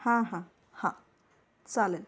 हां हां हां चालेल